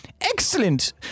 Excellent